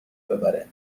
ببره